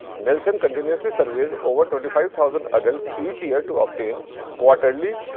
nielson continuously surveys over twenty-five thousand adults each year to obtain quarterly,